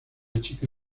chica